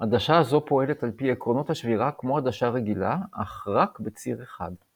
עדשה זו פועלת על פי עקרונות השבירה כמו עדשה רגילה אך רק בציר אחד.